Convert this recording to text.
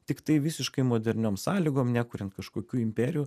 tiktai visiškai moderniom sąlygom nekuriant kažkokių imperijų